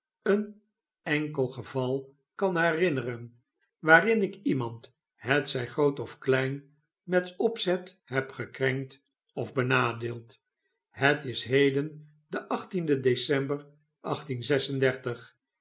een enkel geval kan herinneren waarin ik iemand hetzij groot of klein met opzet heb gekrenkt of benadeeld het is heden de de december